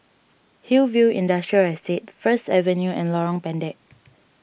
Hillview Industrial Estate First Avenue and Lorong Pendek